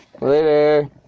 Later